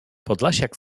podlasiak